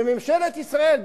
ממשלת ישראל,